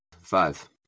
Five